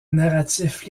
narratif